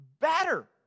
better